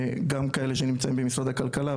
גם כאלה שנמצאים במשרד הכלכלה,